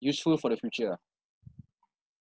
useful for the future ah